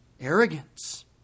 arrogance